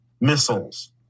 missiles